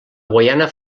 guaiana